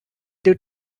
due